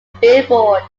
billboard